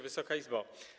Wysoka Izbo!